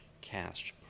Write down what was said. cast